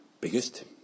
biggest